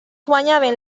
guanyaven